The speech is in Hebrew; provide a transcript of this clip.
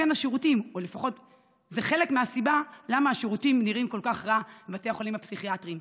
זה חלק מהסיבה למה השירותים נראים כל כך רע בבתי החולים הפסיכיאטריים.